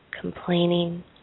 complaining